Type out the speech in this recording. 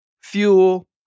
fuel